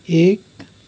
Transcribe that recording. एक